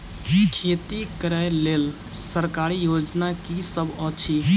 खेती करै लेल सरकारी योजना की सब अछि?